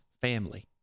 Family